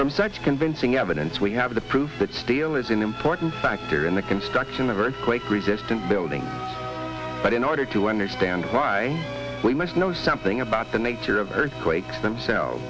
from such convincing evidence we have the proof that steel is an important factor in the construction of earthquake resistant buildings but in order to understand why we must know something about the nature of earthquakes themselves